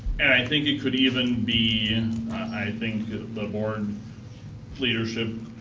and i think it could even be, and i think the board leadership,